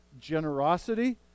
generosity